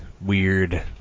weird